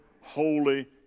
holy